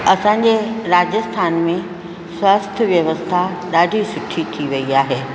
असांजे राजस्थान में स्वास्थ्य व्यवस्था ॾाढी सुठी थी वई आहे